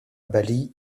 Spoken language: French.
bali